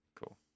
Cool